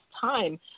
time